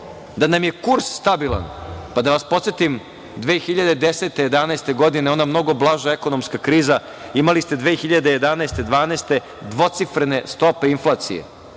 nam je stabilan. Da vas podsetim 2010, 2011. godine, ona mnogo blaža ekonomska kriza, imali ste 2011. i 2012. godine dvocifrene stope inflacije,